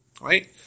Right